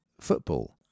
football